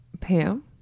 Pam